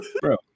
Bro